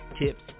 tips